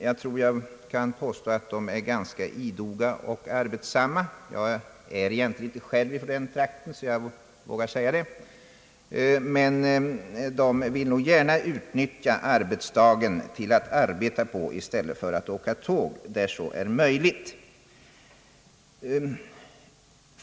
Jag tror att jag kan påstå att de är idoga och arbetsamma. Eftersom jag själv egentligen inte är från denna trakt, vågar jag säga det. De vill nog utnyttja dagen till att arbeta i stället för att åka tåg, om så bara är möjligt.